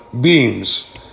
beams